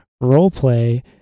role-play